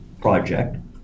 project